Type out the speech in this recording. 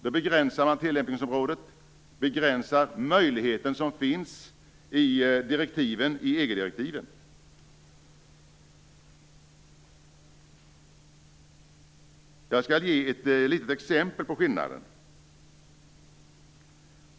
Då begränsar man tillämpningsområdet och den möjlighet som finns i EG-direktiven. Jag skall ge ett litet exempel på skillnaden.